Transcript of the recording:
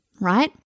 right